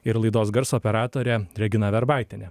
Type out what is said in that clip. ir laidos garso operatorė regina verbaitienė